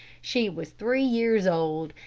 she was three years old,